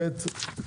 שנית,